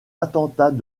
attentats